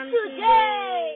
today